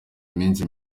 iminsi